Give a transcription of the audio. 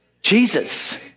Jesus